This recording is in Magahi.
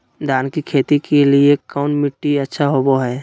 धान की खेती के लिए कौन मिट्टी अच्छा होबो है?